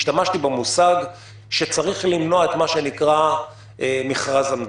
השתמשתי במושג שצריך למנוע את מה שנקרא "מכרז המדינה".